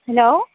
hello